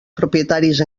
propietaris